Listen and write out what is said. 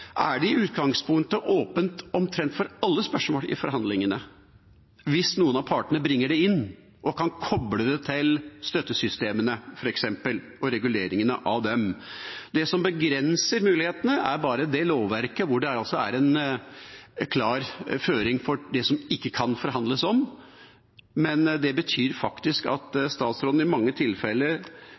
er det i utgangspunktet åpent for omtrent alle spørsmål i forhandlingene hvis noen av partene bringer det inn og f.eks. kan koble det til støttesystemene og reguleringen av dem. Det som begrenser mulighetene, er bare det lovverket hvor det er en klar føring for det som ikke kan forhandles om. Det betyr faktisk at statsråden i mange tilfeller